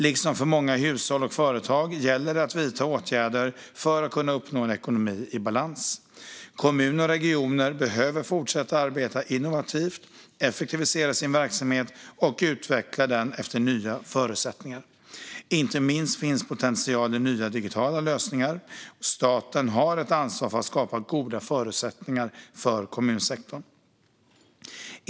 Liksom för många hushåll och företag gäller det att vidta åtgärder för att kunna uppnå en ekonomi i balans. Kommuner och regioner behöver fortsätta arbeta innovativt, effektivisera sin verksamhet och utveckla den efter nya förutsättningar. Inte minst finns potential i nya digitala lösningar. Staten har ett ansvar för att skapa goda förutsättningar för kommunsektorn.